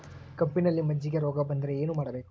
ಕಬ್ಬಿನಲ್ಲಿ ಮಜ್ಜಿಗೆ ರೋಗ ಬಂದರೆ ಏನು ಮಾಡಬೇಕು?